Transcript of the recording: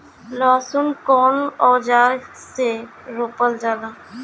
लहसुन कउन औजार से रोपल जाला?